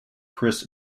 chris